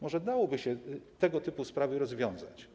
Może dałoby się tego typu sprawy rozwiązać?